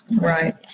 Right